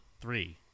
three